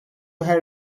her